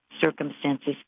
circumstances